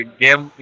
game